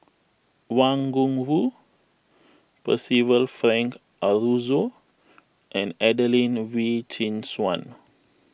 Wang Gungwu Percival Frank Aroozoo and Adelene Wee Chin Suan